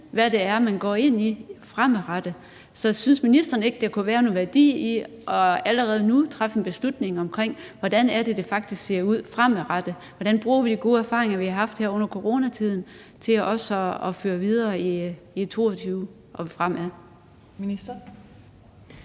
hvad det er, man går ind i. Så synes ministeren ikke, at der kunne være noget værdi i allerede nu at træffe en beslutning omkring, hvordan det nu er, det faktisk ser ud fremadrettet? Hvordan bruger vi de gode erfaringer, vi har haft her under coronatiden, til også at føre dem videre i 2022 og fremad? Kl.